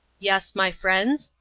yes, my friends,